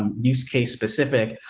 um use case specific,